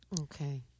Okay